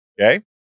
Okay